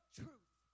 truth